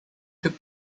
took